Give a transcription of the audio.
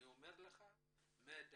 אני אומר לך שמדשדשים.